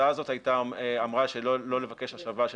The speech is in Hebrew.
ההצעה הזאת אמרה שלא לבקש השבה של